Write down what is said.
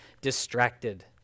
distracted